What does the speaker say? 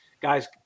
guys